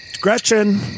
Gretchen